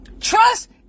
Trust